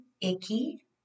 icky